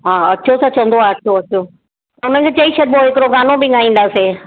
हा अचो त चवंदो आहे अचो अचो त हुनखे चई छॾिबो हिकिड़ो गानो बि ॻाईंदासीं